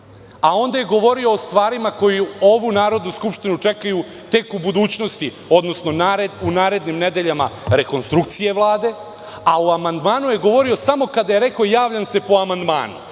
A onda je govorio o stvarima koje ovu Narodnu skupštinu čekaju u budućnosti, odnosno u narednim nedeljama – rekonstrukcija Vlade. O amandmanu je govorio samo onda kada je rekao – javljam se po amandmanu.